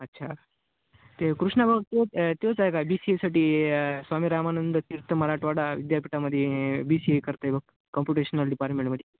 अच्छा ते कृष्णा भाऊ तो तोच आहे का बी सी ए साठी स्वामी रामानंद तीर्थ मराठवाडा विद्यापीठामध्ये बी सी ए करते बघ कॉमम्पुटेशनल डिपार्टमेंट मध्ये